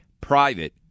private